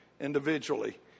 individually